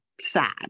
sad